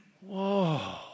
whoa